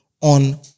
on